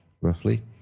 roughly